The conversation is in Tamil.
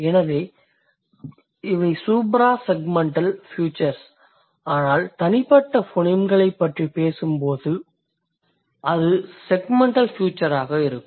எனவே இவை சூப்ராசெக்கெண்டல் ஃபியூச்சர்ஸ் ஆனால் தனிப்பட்ட ஃபோனீம்களைப் பற்றி பேசும்போது அது செக்மெண்டல் ஃபியூச்சராக இருக்கும்